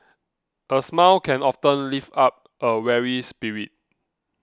a smile can often lift up a weary spirit